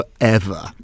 forever